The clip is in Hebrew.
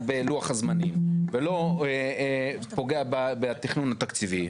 בלוח הזמנים ולא פוגעת בתכנון התקציבי,